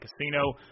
casino